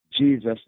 Jesus